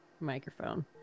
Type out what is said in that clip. microphone